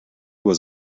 was